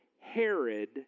Herod